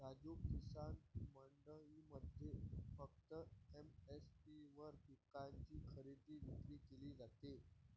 राजू, किसान मंडईमध्ये फक्त एम.एस.पी वर पिकांची खरेदी विक्री केली जाते